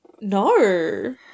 no